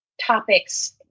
topics